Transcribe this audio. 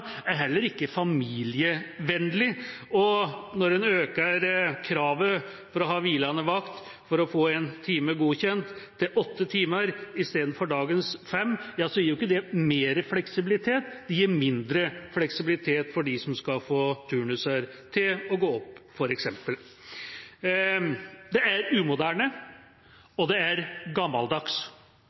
er heller ikke familievennlig. Når man øker kravet til åtte timer – i stedet for dagens fem – for å få én time godkjent hvilende vakt, gir ikke det mer fleksibilitet – det gir mindre fleksibilitet for dem som skal få turnuser til å gå opp f.eks. Det er umoderne og gammeldags.